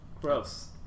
gross